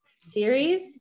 series